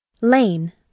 lane